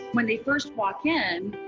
when they first walk in,